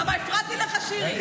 למה, הפרעתי לך, שירי?